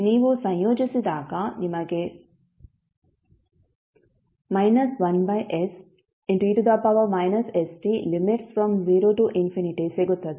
ನೀವು ಸಂಯೋಜಿಸಿದಾಗ ನಿಮಗೆ 1se st|0 ಸಿಗುತ್ತದೆ